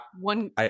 one